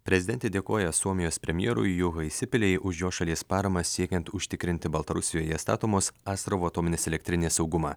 prezidentė dėkoja suomijos premjerui juhai sipilei už jo šalies paramą siekiant užtikrinti baltarusijoje statomos astravo atominės elektrinės saugumą